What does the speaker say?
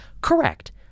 correct